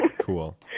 cool